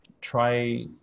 try